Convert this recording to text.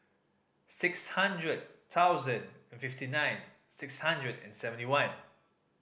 six hundred thousand and fifty nine six hundred and seventy one